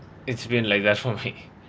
it's been like that for me